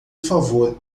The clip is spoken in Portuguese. favor